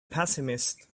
pessimist